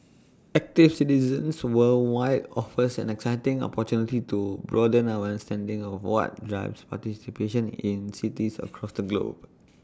active Citizens Worldwide offers an exciting opportunity to broaden our understanding of what drives participation in cities across the globe